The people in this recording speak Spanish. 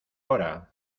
hora